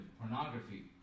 pornography